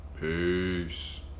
Peace